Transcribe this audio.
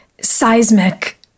seismic